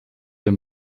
wir